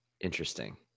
Interesting